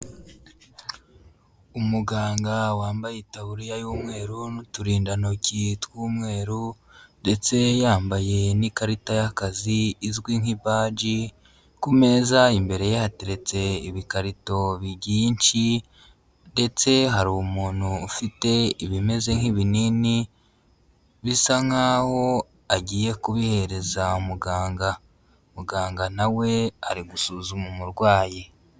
Umuganga wambaye itaburiya y'umweru n'uturindantoki tw'umweru ndetse yambaye n'ikarita y'akazi izwi nk'ibaji, ku meza imbere hateretse ibikarito byinshi ndetse hari umuntu ufite ibimeze nk'ibinini, bisa nk'aho agiye kubihereza muganga. Muganga na we ari gusuzuma umurwayi.